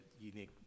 unique